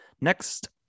Next